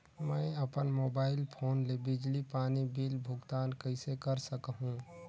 मैं अपन mobile phone ले बिजली पानी बिल भुगतान कइसे कर सकहुं?